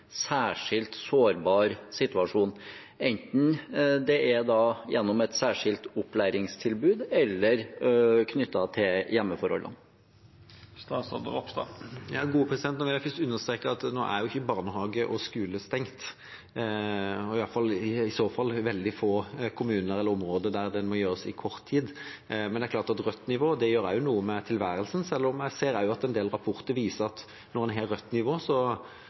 særskilt sårbar situasjon, enten det er gjennom et særskilt opplæringstilbud eller knyttet til hjemmeforholdene? Jeg vil først understreke at barnehager og skoler ikke er stengt nå, det er i så fall i veldig få kommuner eller områder der det må gjøres i kort tid, men det er klart at rødt nivå også gjør noe med tilværelsen. Jeg ser at en del rapporter viser at når en har rødt nivå